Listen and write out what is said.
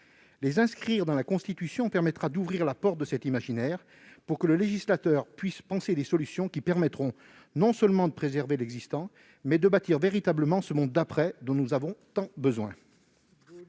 Les inscrire dans la Constitution permettra d'ouvrir la porte de cet imaginaire, pour que le législateur puisse penser des solutions qui permettront non seulement de préserver l'existant, mais aussi de bâtir véritablement ce monde d'après dont nous avons tant besoin.